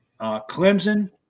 Clemson